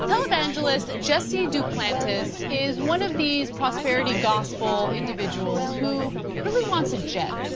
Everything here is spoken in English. televangelist jesse duplantis is one of these prosperity gospel individuals who really wants a jet,